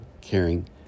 caring